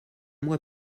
mois